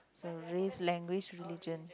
so race language religion